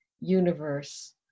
universe